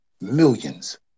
Millions